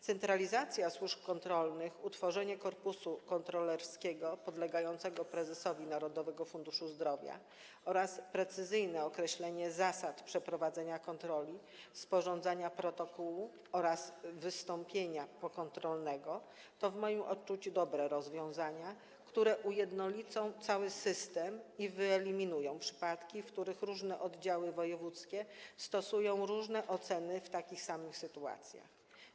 Centralizacja służb kontrolnych, utworzenie korpusu kontrolerskiego podlegającego prezesowi Narodowego Funduszu Zdrowia oraz precyzyjne określenie zasad przeprowadzenia kontroli, sporządzania protokołu oraz wystąpienia pokontrolnego to w moim odczuciu dobre rozwiązania, które ujednolicą cały system i wyeliminują przypadki, w których różne oddziały wojewódzkie stosują różne oceny w takich samych sytuacjach.